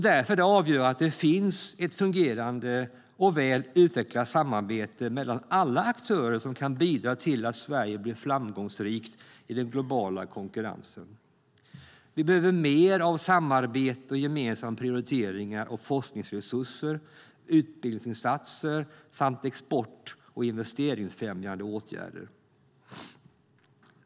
Därför är det avgörande att det finns ett fungerande och väl utvecklat samarbete mellan alla aktörer som kan bidra till att Sverige blir framgångsrikt i den globala konkurrensen. Vi behöver mer av samarbete och gemensamma prioriteringar av forskningsresurser, utbildningsinsatser samt export och investeringsfrämjande åtgärder.